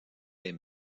des